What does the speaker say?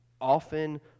often